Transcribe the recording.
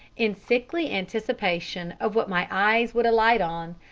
in sickly anticipation of what my eyes would alight on,